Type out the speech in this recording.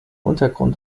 untergrund